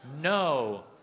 No